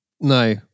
no